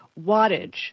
wattage